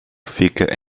fica